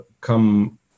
come